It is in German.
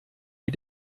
wie